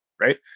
right